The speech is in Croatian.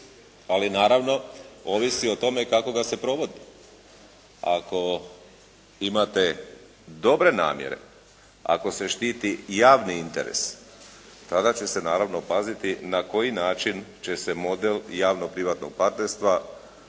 ali naravno ovisi o tome kako ga se provodi. Ako imate dobre namjere, ako se štiti javni interes, tada će se naravno paziti na koji način će se model javno-privatnog partnerstava na